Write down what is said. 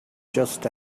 just